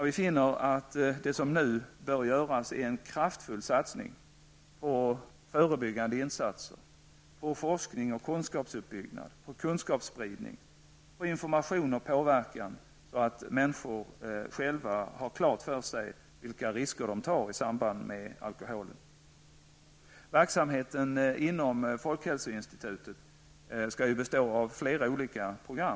Vi finner att det som nu bör göras är en kraftfull satsning på förebyggande insatser, forskning och kunskapsuppbyggnad, kunskapsspridning, information och påverkan så att människor själva har klart för sig vilka risker de tar i samband med alkoholförtäring. Verksamheten inom folkhälsoinstitutet skall ju bestå av flera olika program.